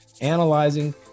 analyzing